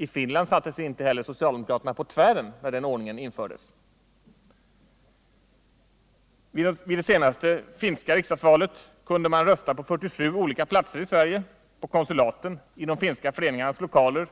I Finland satte sig inte heller socialdemokraterna på tvären när den ordningen infördes. Vid det senaste finska riksdagsvalet kunde man rösta på 47 olika platser i Sverige — på konsulaten, i de finska föreningarnas lokaler